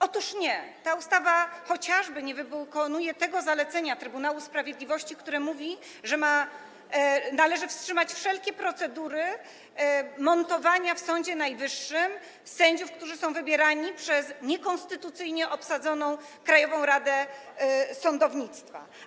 Otóż nie, ta ustawa nie wykonuje chociażby tego zalecenia Trybunału Sprawiedliwości, które mówi, że należy wstrzymać wszelkie procedury montowania w Sądzie Najwyższym sędziów, którzy są wybierani przez niekonstytucyjnie obsadzoną Krajową Radę Sądownictwa.